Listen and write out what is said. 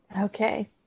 Okay